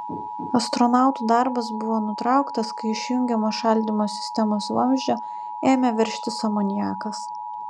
astronautų darbas buvo nutrauktas kai iš jungiamo šaldymo sistemos vamzdžio ėmė veržtis amoniakas